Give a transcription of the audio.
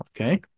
Okay